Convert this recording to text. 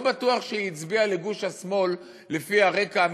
לא בטוח שהיא הצביעה לגוש השמאל לפי הרקע המשפחתי,